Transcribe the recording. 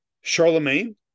charlemagne